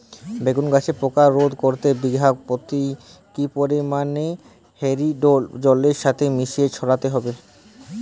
বেগুন গাছে পোকা রোধ করতে বিঘা পতি কি পরিমাণে ফেরিডোল জলের সাথে মিশিয়ে ছড়াতে হবে?